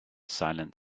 silent